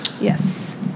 Yes